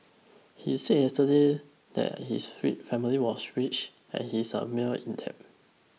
he said yesterday that his family was rich and he is mired in debt